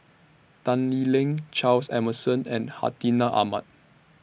Tan Lee Leng Charles Emmerson and Hartinah Ahmad